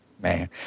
Man